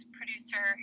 producer